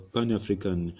Pan-African